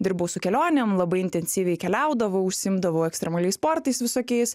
dirbau su kelionėm labai intensyviai keliaudavau užsiimdavau ekstremaliais sportais visokiais